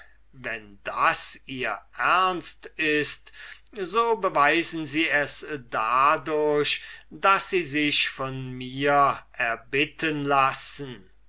wenn das ihr ernst ist so beweisen sie es dadurch daß sie sich von mir erbitten lassen